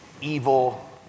evil